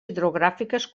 hidrogràfiques